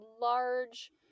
large